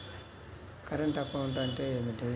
Current account అంటే ఏమిటి?